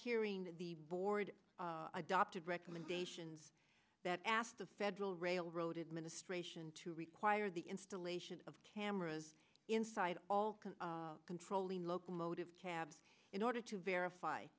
hearing the board adopted recommendations that asked the federal railroad administration to require the installation of cameras inside all controlling locomotive cabs in order to verify